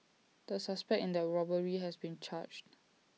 the suspect in that robbery has been charged